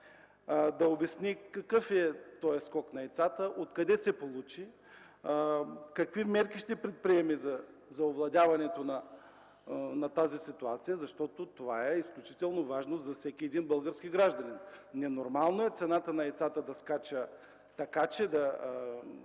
... какъв е този скок на яйцата, откъде се получи, какви мерки ще предприеме за овладяването на тази ситуация. Това е изключително важно за всеки един български гражданин. Ненормално е цената на яйцата да скача така с